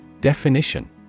Definition